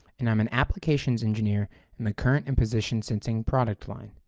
and i'm an applications engineer in the current and position-sensing product line.